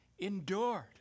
Endured